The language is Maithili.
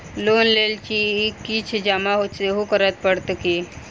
लोन लेल किछ जमा सेहो करै पड़त की?